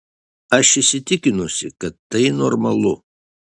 aš įsitikinusi kad tai normalu